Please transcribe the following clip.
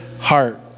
heart